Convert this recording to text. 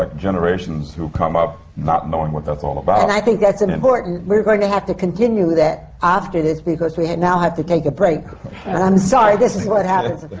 like generations who come up not knowing what that's all about. and i think that's important. we're going to have to continue that after this, because we now have to take a break. and i'm sorry, this is what happens.